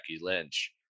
lynch